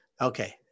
Okay